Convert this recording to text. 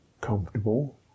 comfortable